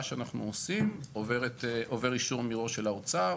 שאנחנו עושים עובר אישור מראש של האוצר.